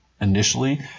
initially